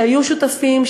שהיו שותפים,